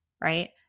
right